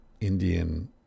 Indian